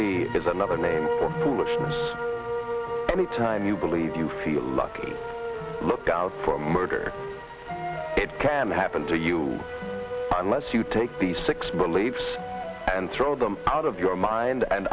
is another name any time you believe you feel lucky look out for murder it can happen to you unless you take the six believes and throw them out of your mind and